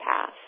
path